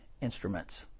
instruments